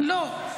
לא.